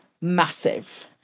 massive